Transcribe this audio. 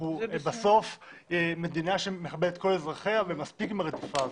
אנחנו בסוף מדינה שמכבדת את כל אזרחיה ומספיק עם הרדיפה הזאת.